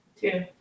Two